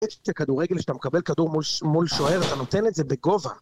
כדורגל שאתה מקבל כדור מול שוער, אתה נותן את זה בגובה